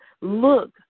look